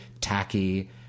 tacky